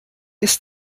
ist